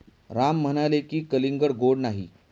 राम म्हणाले की, हे कलिंगड गोड नाही